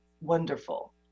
wonderful